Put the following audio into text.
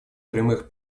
прямых